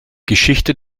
geschichte